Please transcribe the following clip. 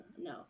No